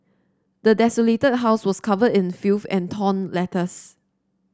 the desolated house was covered in filth and torn letters